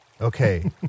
Okay